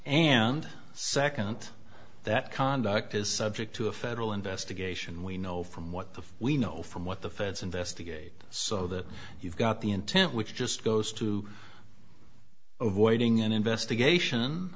and second that conduct is subject to a federal investigation we know from what we know from what the feds investigate so that you've got the intent which just goes to avoiding an investigation